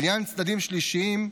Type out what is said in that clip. לעניין צדדים שלישיים,